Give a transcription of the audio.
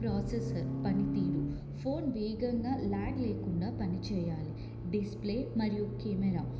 processor పని తీరు phone వేగంగా లాగ లేకుండా పని చేయాలి డిసప్లే మరియు కెమెరా